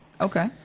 Okay